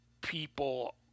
people